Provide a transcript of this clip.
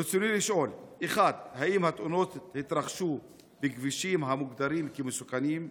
רצוני לשאול: 1. האם התאונות התרחשו בכבישים המוגדרים כמסוכנים?